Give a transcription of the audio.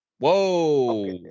Whoa